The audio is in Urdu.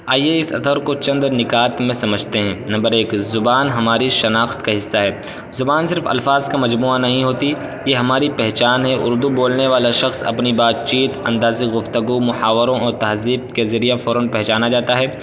آئیے اس اثر کو چند نکات میں سمجھتے ہیں نمبر ایک زبان ہماری شناخت کا حصہ ہے زبان صرف الفاظ کا مجموعہ نہیں ہوتی یہ ہماری پہچان ہے اردو بولنے والا شخص اپنی بات چیت اندازِ گفتگو محاوروں اور تہذیب کے ذریعہ فوراً پہچانا جاتا ہے